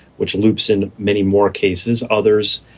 which loops in many more cases, others.